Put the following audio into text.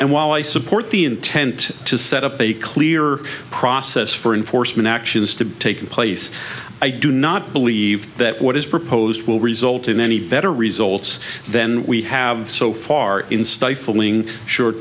and while i support the intent to set up a clearer process for enforcement actions to take place i do not believe that what is proposed will result in any better results than we have so far in stifling short